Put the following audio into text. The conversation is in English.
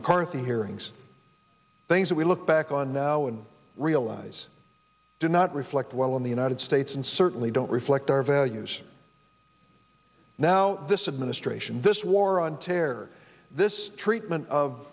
current hearings things that we look back on now and realize did not reflect well in the united states and certainly don't reflect our values now this administration this war on terror this treatment of